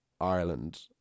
Ireland